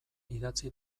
idatzi